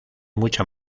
mucha